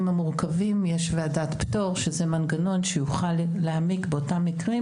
המורכבים יש ועדת פטור שזה מנגנון שיוכל להעמיק באותם מקרים